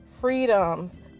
freedoms